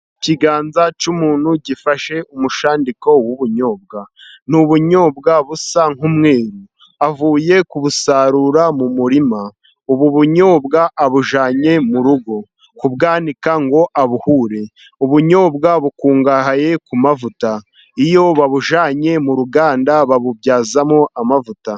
Ikiganza cy'umuntu gifashe umushandiko w'ubunyobwa, ni ubunyobwa busa nk'umwenyu avuye kubusarura mu murima. Ubu bunyobwa abujyanye mu rugo kubwanika ngo abuhure, ubunyobwa bukungahaye ku mavuta. Iyo babujyanye mu ruganda babubyazamo amavuta.